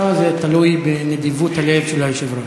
לא, זה תלוי בנדיבות הלב של היושב-ראש.